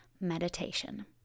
meditation